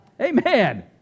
Amen